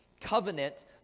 covenant